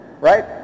Right